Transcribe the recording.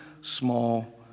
small